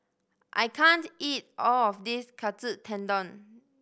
I can't eat all of this Katsu Tendon